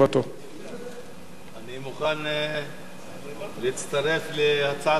אני מוכן להצטרף להצעת השר.